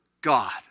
God